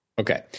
Okay